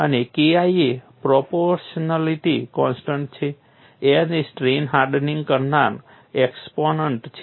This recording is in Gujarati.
અને ki એ પ્રોપોર્શનલિટી કોન્સ્ટન્ટ છે n એ સ્ટ્રેઇન હાર્ડનિંગ કરનાર એક્સપોનન્ટ છે